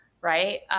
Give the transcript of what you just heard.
right